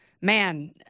man